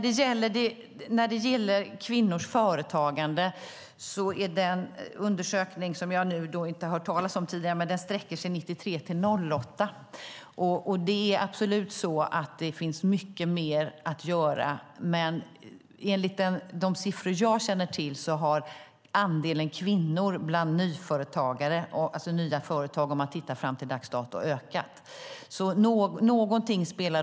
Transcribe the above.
Den undersökning om kvinnors företagande som jag inte har hört talas om tidigare sträcker sig från 1993 till 2008. Det finns mycket att göra, men enligt de siffror jag känner till har andelen kvinnor bland nyföretagare ökat fram till dags dato.